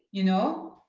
you know?